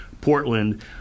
portland